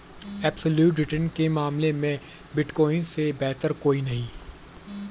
absolute return के मामले में बिटकॉइन से बेहतर कोई नहीं है